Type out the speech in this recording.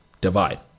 Divide